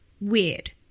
Weird